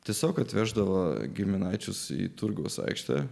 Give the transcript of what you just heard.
tiesiog atveždavo giminaičius į turgaus aikštę